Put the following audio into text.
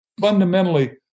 fundamentally